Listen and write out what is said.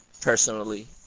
personally